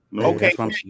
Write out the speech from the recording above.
Okay